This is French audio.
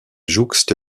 jouxte